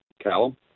Callum